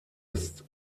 ist